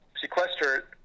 sequester